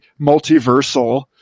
multiversal